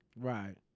Right